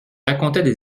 racontaient